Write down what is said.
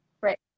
right